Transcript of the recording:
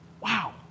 Wow